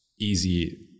easy